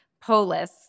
polis